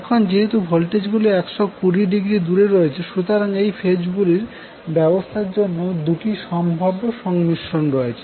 এখন যেহেতু ভোল্টেজ গুলি 120০ দূরে রয়েছে সুতরাং এই ফেজ গুলির ব্যবস্থার জন্য দুটি সম্ভাব্য সংমিশ্রণ রয়েছে